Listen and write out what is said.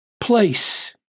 place